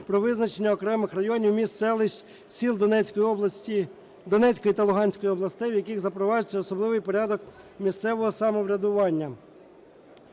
"Про визнання окремих районів, міст, селищ, сіл Донецької та Луганської областей, в яких запроваджується особливий порядок місцевого самоврядування".